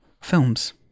films